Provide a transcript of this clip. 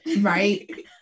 right